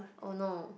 oh no